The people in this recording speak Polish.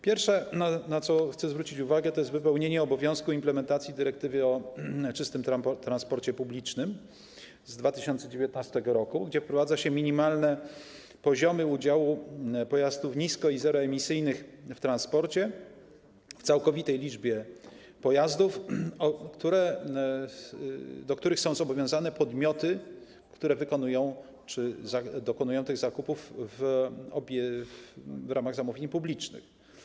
Pierwsze, na co chcę zwrócić uwagę, to jest wypełnienie obowiązku implementacji dyrektywy o czystym transporcie publicznym z 2019 r., którą wprowadza się minimalne poziomy udziału pojazdów nisko- i zeroemisyjnych w transporcie w całkowitej liczbie pojazdów, do których są zobowiązane podmioty, które wykonują czy dokonują tych zakupów w ramach zamówień publicznych.